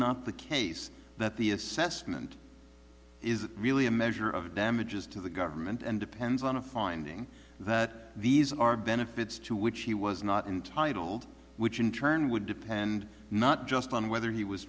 not the case that the assessment is really a measure of damages to the government and depends on a finding that these are benefits to which he was not entitled which in turn would depend not just on whether he was